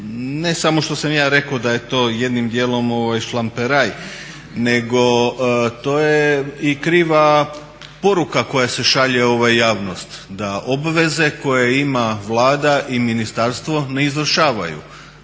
ne samo što sam ja rekao da je to jednim dijelom šlamperaj, nego to je i kriva poruka koja se šalje javnosti da obveze koje ima Vlada i ministarstvo ne izvršavaju.